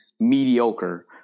mediocre